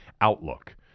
outlook